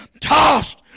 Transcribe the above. tossed